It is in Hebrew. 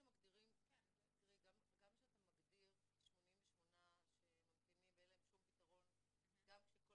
גם כשאתה מגדיר 88 שממתינים ואין להם שום פתרון,